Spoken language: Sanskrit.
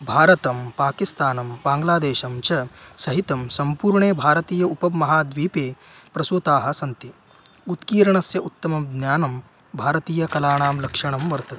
भारतं पाकिस्तानं बाङ्ग्लादेशं च सहितं सम्पूर्णे भारतीय उपमहाद्वीपे प्रसूताः सन्ति उत्कीर्णस्य उत्तमं ज्ञानं भारतीयकलानां लक्षणं वर्तते